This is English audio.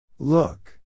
Look